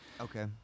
Okay